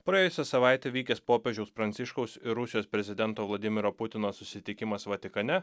praėjusią savaitę vykęs popiežiaus pranciškaus ir rusijos prezidento vladimiro putino susitikimas vatikane